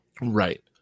Right